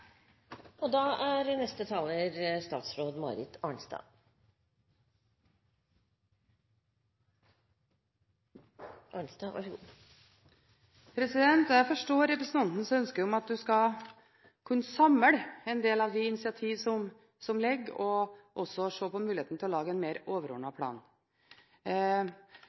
Jeg forstår representantens ønske om at vi skal kunne samle en del av de initiativ som foreligger, og også se på muligheten til å lage en mer overordnet plan.